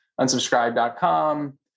unsubscribe.com